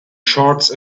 shorts